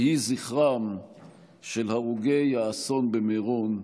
יהי זכרם של הרוגי האסון במירון ברוך.